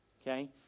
okay